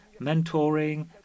mentoring